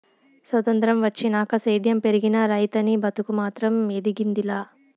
సొత్రంతం వచ్చినాక సేద్యం పెరిగినా, రైతనీ బతుకు మాత్రం ఎదిగింది లా